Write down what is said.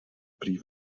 prý